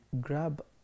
grab